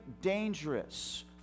dangerous